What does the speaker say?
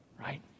right